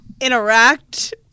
interact